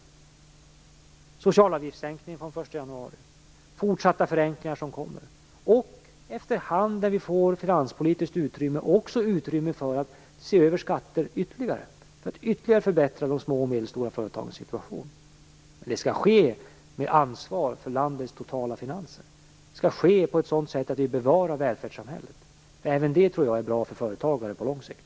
Det är vidare socialavgiftssänkningen från den 1 januari, och det kommer fortsatta förenklingar. Efter hand, när vi får finanspolitiskt utrymme, får vi också utrymme för att ytterligare se över skatter och för att ytterligare förbättra de små och medelstora företagens situation. Men det skall ske med ansvar för landets totala finanser, på ett sådant sätt att vi bevarar välfärdssamhället. Även det är bra för företagare på lång sikt.